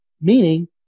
meaning